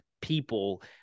people